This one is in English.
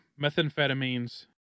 methamphetamines